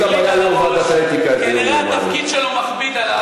ועדת האתיקה, כנראה התפקיד שלו מכביד עליו.